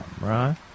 right